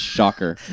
Shocker